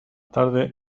tarde